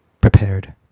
prepared